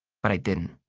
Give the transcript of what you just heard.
but i didn't.